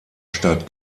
stadt